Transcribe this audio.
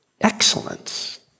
excellence